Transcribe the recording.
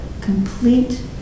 complete